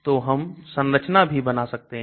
तो हम संरचना भी बना सकते हैं